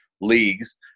leagues